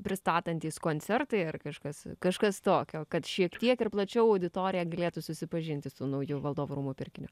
pristatantys koncertai ar kažkas kažkas tokio kad šiek tiek ir plačiau auditorija galėtų susipažinti su nauju valdovų rūmų pirkiniu